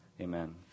amen